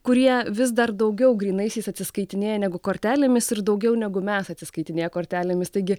kurie vis dar daugiau grynaisiais atsiskaitinėja negu kortelėmis ir daugiau negu mes atsiskaitinėja kortelėmis taigi